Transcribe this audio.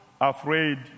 afraid